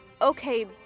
okay